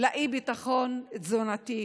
לאי-ביטחון התזונתי.